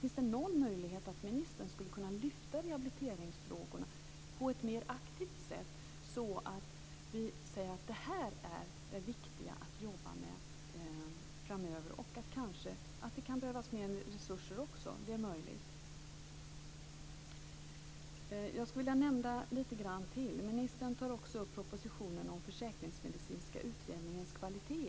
Finns det någon möjlighet för ministern att på ett mer aktivt sätt lyfta rehabiliteringsfrågorna så att vi kan säga att det är viktigt att jobba med det här framöver. Det är möjligt att det också behövs mer resurser. Ministern tar upp propositionen om försäkringsmedicinska utredningars kvalitet.